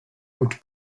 und